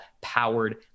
powered